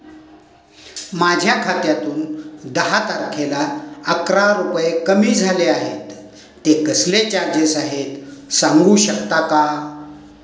माझ्या खात्यातून दहा तारखेला अकरा रुपये कमी झाले आहेत ते कसले चार्जेस आहेत सांगू शकता का?